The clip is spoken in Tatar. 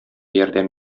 ярдәм